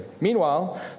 Meanwhile